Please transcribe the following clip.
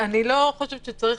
אני לא חושבת שצריך